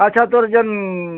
ଆଚ୍ଛା ତୋର୍ ଯେନ୍